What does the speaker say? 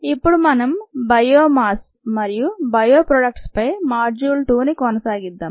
ఇప్పుడు మనం biomass cells మరియు బయో ప్రాడక్ట్స్పై మాడ్యూల్ 2ని కొనసాగిద్దాం